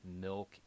milk